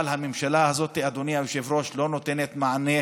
אבל הממשלה הזאת, אדוני היושב-ראש, לא נותנת מענה,